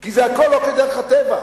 כי זה הכול לא כדרך הטבע.